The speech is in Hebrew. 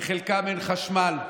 לחלקם אין חשמל,